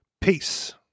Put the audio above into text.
Peace